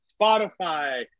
Spotify